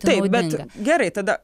taip bet gerai tada